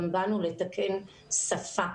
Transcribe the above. גם באנו לתקן שפה,